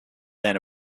then